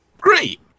Great